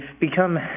become